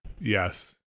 Yes